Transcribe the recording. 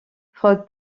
freud